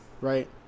Right